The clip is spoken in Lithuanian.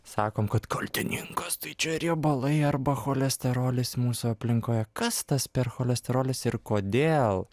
sakom kad kaltininkas tai čia riebalai arba cholesterolis mūsų aplinkoje kas tas per cholesterolis ir kodėl